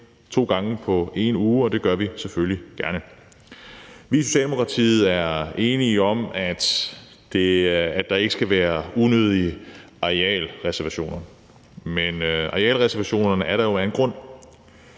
gang på en uge, og det gør vi selvfølgelig gerne. Vi i Socialdemokratiet er enige i, at der ikke skal være unødige arealreservationer, men arealreservationerne er der jo af en grund.